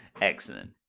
Excellent